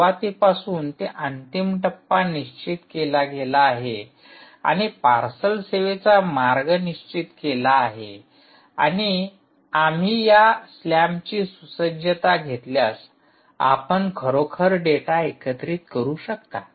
सुरुवातीपासून ते अंतिम टप्पा निश्चित केला गेला आहे आणि पार्सल सेवेचा मार्ग निश्चित केला आहे आणि आम्ही या स्लॅमची सुसज्जता घेतल्यास आपण खरोखर डेटा एकत्रित करू शकता